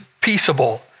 peaceable